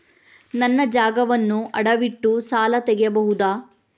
ನನ್ನ ಜಾಗವನ್ನು ಅಡವಿಟ್ಟು ಸಾಲ ತೆಗೆಯಬಹುದ?